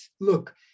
Look